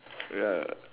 ya